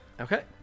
Okay